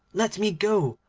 let me go,